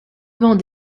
vend